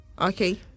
Okay